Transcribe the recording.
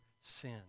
sin